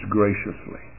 graciously